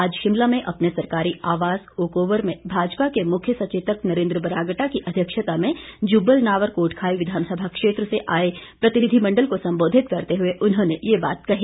आज शिमला में अपने सरकारी आवास ओक ओवर में भाजपा के मुख्य सचेतक नरेंद्र बरागटा की अध्यक्षता में जुब्बल नावर कोटखाई विधानसभा क्षेत्र से आए प्रतिनिधिमंडल को संबोधित करते हुए उन्होंने यह बात कही